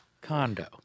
condo